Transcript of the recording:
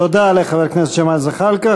תודה לחבר הכנסת ג'מאל זחאלקה.